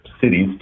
cities